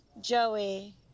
Joey